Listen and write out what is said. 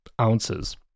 ounces